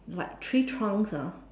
like tree trunks ah